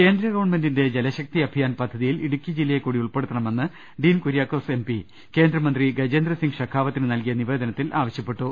കേന്ദ്രഗവൺമെന്റിന്റെ ജലശക്തി അഭിയാൻ പദ്ധതിയിൽ ഇടുക്കി ജില്ലയെ കൂടി ഉൾപ്പെടുത്തണമെന്ന് ഡീൻ കുര്യാക്കോസ് എംപി കേന്ദ്ര മന്ത്രി ഗജേന്ദ്ര സിങ്ങ് ഷെഖാവത്തിന് നൽകിയ നിവേദനത്തിൽ ആവശ്യപ്പെട്ടു